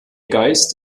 geist